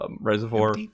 reservoir